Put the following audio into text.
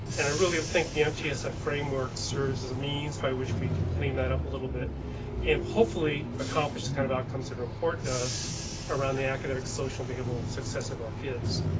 and i really think the mtss framework serves as a means by which we can clean that up a little bit and hopefully accomplished kind of outcomes that are important to us around the academic social be able successive our kids.